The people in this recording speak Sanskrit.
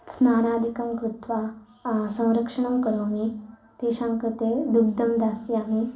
स्नानादिकं कृत्वा संरक्षणं करोमि तेषाङ्कृते दुग्धं दास्यामि